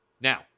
Now